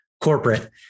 corporate